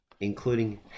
including